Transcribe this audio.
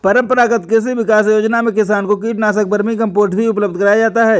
परम्परागत कृषि विकास योजना में किसान को कीटनाशक, वर्मीकम्पोस्ट भी उपलब्ध कराया जाता है